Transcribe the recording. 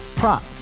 Prop